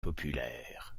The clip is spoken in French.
populaires